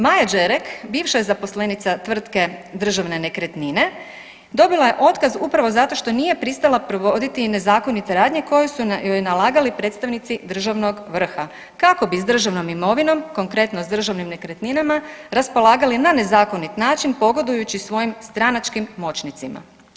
Maja Đerek bivša je zaposlenica tvrtke Državne nekretnine, dobila je otkaz upravo zato što nije pristala provoditi nezakonite radnje koje su joj nalagali predstavnici državnog vrha, kako bi s državnom imovinom, konkretno s državnim nekretninama raspolagali na nezakonit način pogodujući svojim stranačkim moćnicima.